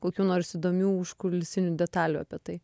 kokių nors įdomių užkulisinių detalių apie tai